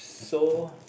so